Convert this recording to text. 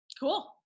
Cool